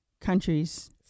countries